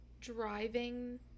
driving